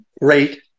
rate